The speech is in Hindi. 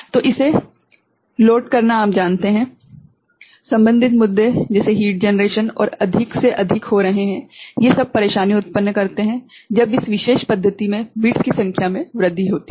तो इसे लोड करना आप जानते हैं संबंधित मुद्दे जैसे हीट जनरेशन और सभी अधिक से अधिक हो रहे हैं ये सब परेशानी उत्पन्न करते हैं जब इस विशेष पद्धति में बिट्स की संख्या में वृद्धि होती है